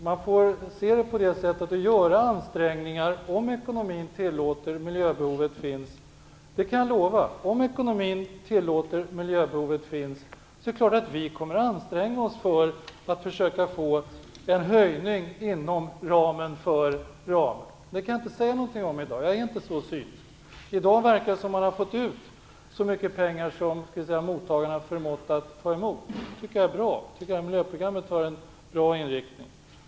Man får göra ansträngningar om ekonomin tillåter och om miljöbehovet finns. Jag kan alltså lova att om ekonomin tillåter och miljöbehovet finns kommer vi att anstränga oss för att försöka få en höjning inom ramen. Men jag kan inte säga något om detta i dag. Jag är inte så synsk. I dag verkar det som om man har fått ut så mycket pengar som mottagarna har förmått att ta emot. Det tycket jag är bra. Jag tycker att det här miljöprogrammet har en bra inriktning.